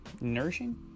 nourishing